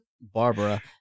Barbara